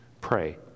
pray